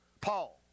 Paul